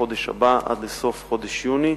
חודש הבא, עד לסוף חודש יוני,